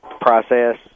process